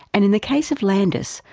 and in the case of landis,